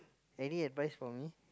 any advice for me